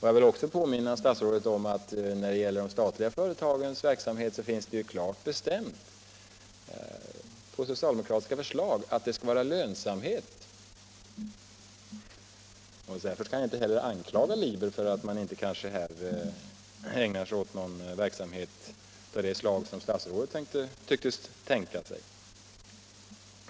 Jag vill också påminna statsrådet om att när det gäller de statliga företagens verksamhet finns det klart bestämt — på socialdemokratiska förslag — att den skall vara lönsam. Därför kan jag inte heller anklaga Liber för att det förlaget kanske inte ägnar sig åt någon verksamhet av det slag som statsrådet tycks tänka sig.